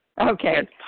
Okay